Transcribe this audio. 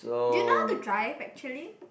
do you know how to drive actually